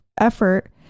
effort